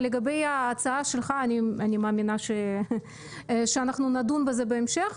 ולגבי ההצעה שלך אני מאמינה שאנחנו נדון בזה בהמשך,